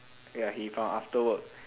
ya he from after work